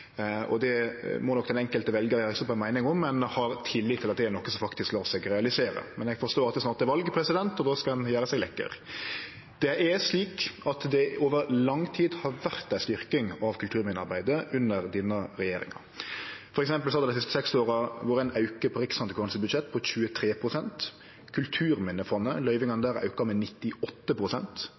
ei meining om i kva grad ein har tillit til at det er noko som faktisk lar seg realisere. Men eg forstår at det snart er val, og då skal ein gjere seg lekker. Det er slik at det over lang tid har vore ei styrking av kulturminnearbeidet under denne regjeringa. For eksempel har det dei siste seks åra vore ein auke på Riksantikvarens budsjett på 23 pst., og løyvingane til Kulturminnefondet er auka med